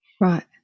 Right